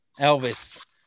Elvis